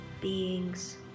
beings